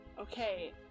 Okay